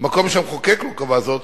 מקום שהמחוקק לא קבע זאת,